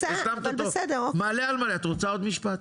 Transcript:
את רוצה עוד משפט?